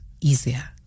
easier